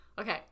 okay